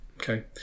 Okay